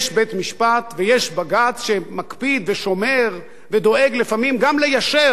ויש בג"ץ שמקפיד ושומר ודואג לפעמים גם ליישר את דרכה של הכנסת,